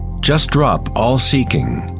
just drop all seeking,